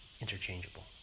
interchangeable